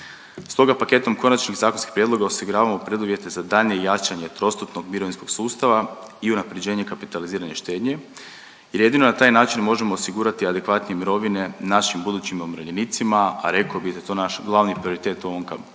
Stoga paketom konačnih zakonskih prijedloga osiguravamo preduvjete za daljnje jačanje … mirovinskog sustava i unapređenje kapitalizirane štednje jer jedino na taj način možemo osigurati adekvatnije mirovine našim budućim umirovljenicima, a rekao bih da je to naše glavni prioritet u ovom paketu